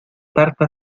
tarta